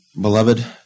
Beloved